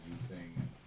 using